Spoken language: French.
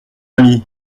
ami